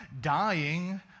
dying